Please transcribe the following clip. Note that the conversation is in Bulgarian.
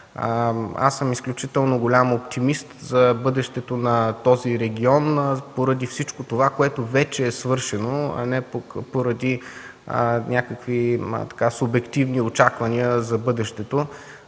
Аз съм изключително голям оптимист за бъдещето на този регион поради всичко това, което вече е свършено, а не поради някакви субективни очаквания за бъдещето.